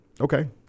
okay